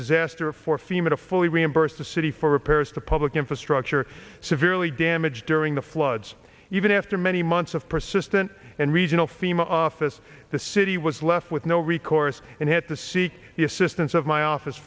disaster for fema to fully reimburse the city for repairs to public infrastructure severely damaged during the floods even after many months of persistent and regional fema office the city was left with no recourse and it to seek the assistance of my office